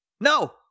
no